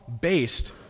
based